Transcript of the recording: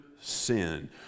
sin